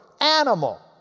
animal